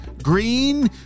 Green